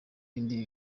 indi